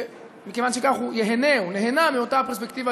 ומכיוון שכך הוא ייהנה או נהנה מאותה פרספקטיבה